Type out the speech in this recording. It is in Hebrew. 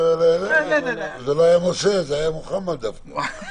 זה לא היה משה, זה היה מוחמד דווקא.